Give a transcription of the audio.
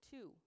Two